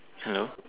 hello